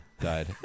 died